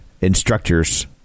instructors